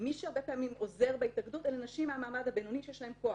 מי שהרבה פעמים עוזר בהתאגדות הן נשים מהמעמד הבינוני שיש להן כוח,